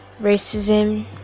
racism